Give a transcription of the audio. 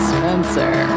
Spencer